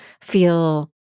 feel